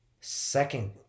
Second